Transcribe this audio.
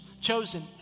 chosen